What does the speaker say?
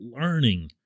learning